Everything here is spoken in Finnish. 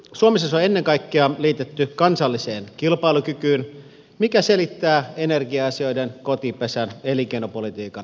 suomessa se on ennen kaikkea liitetty kansalliseen kilpailukykyyn mikä selittää energia asioiden kotipesän elinkeinopolitiikan yhteydessä